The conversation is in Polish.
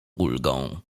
ulgą